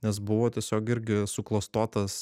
nes buvo tiesiog irgi suklastotas